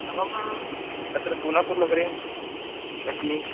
अहम् अत्र सोलापुरनगरे अस्मि